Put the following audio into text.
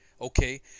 okay